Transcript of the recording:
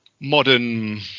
modern